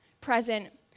present